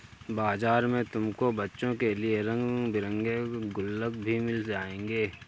बाजार में तुमको बच्चों के लिए रंग बिरंगे गुल्लक भी मिल जाएंगे